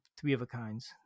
three-of-a-kinds